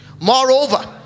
Moreover